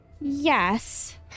Yes